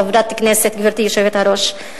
חברת הכנסת גברתי היושבת-ראש,